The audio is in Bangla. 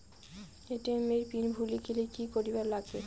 এ.টি.এম এর পিন ভুলি গেলে কি করিবার লাগবে?